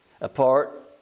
apart